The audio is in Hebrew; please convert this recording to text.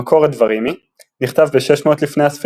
המקור הדברימי נכתב ב-600 לפנה"ס לערך,